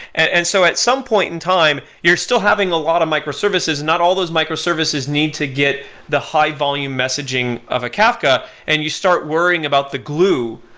and so at some point in time, you're still having a lot of microservices and not all those microservices need to get the high volume messaging of a kafka and you start worrying about the glue.